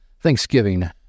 Thanksgiving